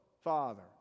Father